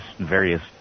various